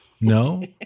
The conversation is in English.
No